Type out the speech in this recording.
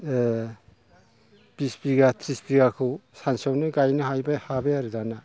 बिस बिगा थ्रिस बिगाखौ सानसेयावनो गायनो हाहैबाय हाबाय आरो दानिया